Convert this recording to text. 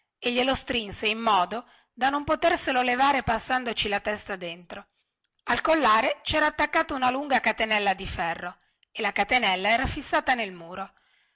e glielo strinse in modo da non poterselo levare passandoci la testa dentro al collare cera attaccata una lunga catenella di ferro e la catenella era fissata nel muro